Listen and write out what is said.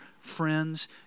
friends